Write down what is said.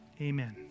Amen